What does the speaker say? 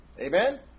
Amen